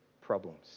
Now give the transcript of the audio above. problems